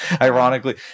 Ironically